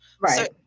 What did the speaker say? right